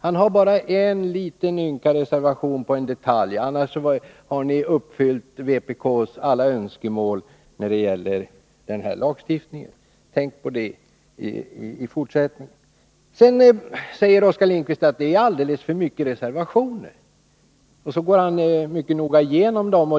Han har bara en enda ynka reservation om en liten detalj, och i övrigt anser han att utskottet har uppfyllt alla vpk:s önskemål när det gäller den här lagstiftningen. Tänk på det i fortsättningen! Oskar Lindkvist säger sedan att det är alldeles för många reservationer, varpå han mycket noggrant går igenom dem.